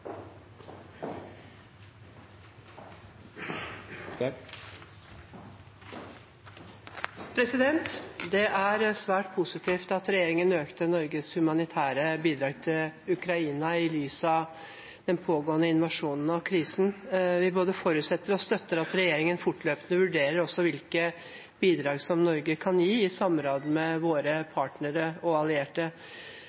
Det er svært positivt at regjeringen økte Norges humanitære bidrag til Ukraina i lys av den pågående invasjonen og krisen. Vi både forutsetter og støtter at regjeringen fortløpende vurderer også hvilke bidrag Norge kan gi, i samråd med våre